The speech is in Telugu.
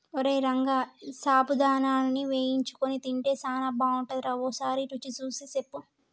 ఓరై రంగ సాబుదానాని వేయించుకొని తింటే సానా బాగుంటుందిరా ఓసారి రుచి సూసి సెప్పు